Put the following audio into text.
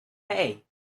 hey